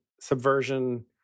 subversion